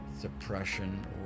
depression